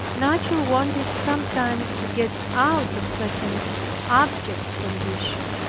nature wanted sometimes to get out of such an abject condition,